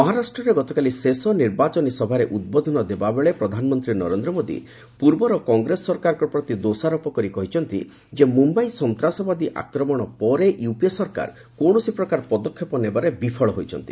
ମହାରାଷ୍ଟ୍ରରେ ଗତକାଲି ଶେଷ ନିର୍ବାଚନୀ ସଭାରେ ଉଦ୍ବୋଧନ ଦେଲାବେଳେ ପ୍ରଧାନମନ୍ତ୍ରୀ ନରେନ୍ଦ୍ର ମୋଦୀ ପୂର୍ବର କଂଗ୍ରେସ ସରକାରଙ୍କ ପ୍ରତି ଦୋଷାରୋପ କରି କହିଛନ୍ତି ମୁମ୍ବାଇ ସନ୍ତାସବାଦୀ ଆକ୍ରମଣ ପରେ ୟୁପିଏ ସରକାର କୌଣସି ପ୍ରକାର ପଦକ୍ଷେପ ନେବାରେ ବିଫଳ ହୋଇଛନ୍ତି